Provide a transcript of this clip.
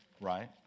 right